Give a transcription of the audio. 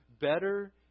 Better